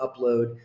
upload